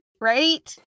right